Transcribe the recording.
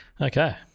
Okay